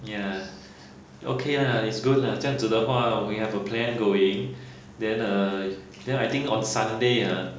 ya okay lah it's good lah 这样子的话 we have a plan going then uh then I think on sunday ah